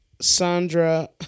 Sandra